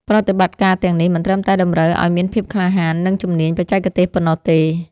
ប្រតិបត្តិការទាំងនេះមិនត្រឹមតែតម្រូវឱ្យមានភាពក្លាហាន និងជំនាញបច្ចេកទេសប៉ុណ្ណោះទេ។